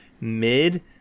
mid